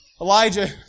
Elijah